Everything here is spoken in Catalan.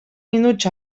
minuts